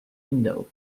window